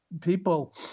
people